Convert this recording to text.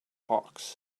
hawks